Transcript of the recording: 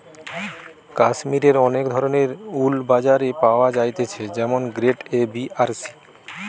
কাশ্মীরের অনেক ধরণের উল বাজারে পাওয়া যাইতেছে যেমন গ্রেড এ, বি আর সি